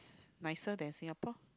nicer than Singapore